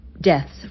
deaths